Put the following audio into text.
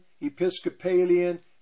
Episcopalian